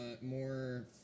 more